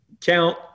count